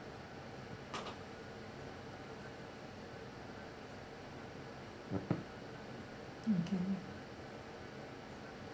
okay